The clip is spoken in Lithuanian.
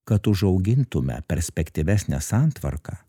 kad užaugintume perspektyvesnę santvarką